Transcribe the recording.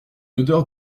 odeur